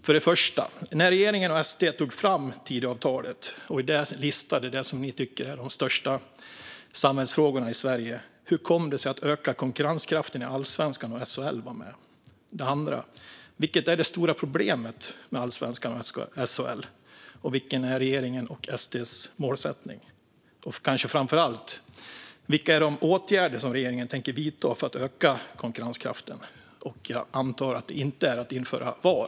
För det första: När regeringen och SD tog fram Tidöavtalet och där listade det som de tycker är de största samhällsfrågorna i Sverige, hur kommer det sig att ökad konkurrenskraft i Allsvenskan och SHL var med? För det andra: Vilket är det stora problemet med Allsvenskan och SHL, och vilken är regeringens och SD:s målsättning? Och kanske framför allt: Vilka åtgärder tänker regeringen vidta för att öka konkurrenskraften? Jag antar att det inte är att införa VAR.